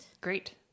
Great